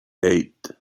eight